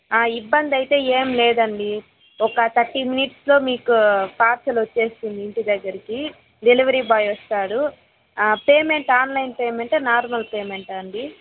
ఇబ్బంది అయితే ఏం లేదండి ఒక థర్టీ మినిట్స్లో మీకు పార్సిల్ వచ్చేస్తుంది ఇంటి దగ్గరికి డెలివరీ బాయ్ వస్తాడు పేమెంట్ ఆన్లైన్ పేమెంటా నార్మల్ పేమెంటా అండి